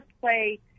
play